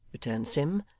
returned sim,